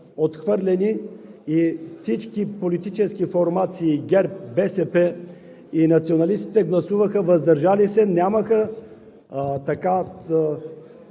отхвърлени и всички политически формации – ГЕРБ, БСП и националистите, гласуваха „въздържал се“. Нямаха